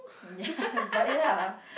ya but ya